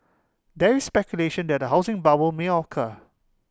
there is speculation that A housing bubble may occur